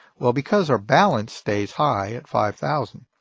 well, because our balance stays high at five thousand,